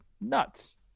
Nuts